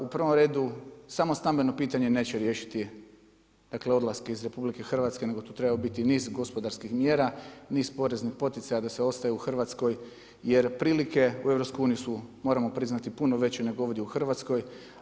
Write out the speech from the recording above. U prvom redu samo stambeno pitanje neće riješiti odlaske iz RH nego tu treba niz gospodarskih mjera, niz poreznih poticaja da se ostaje u Hrvatskoj jer prilike u EU su moramo priznati puno veće nego ovdje u Hrvatskoj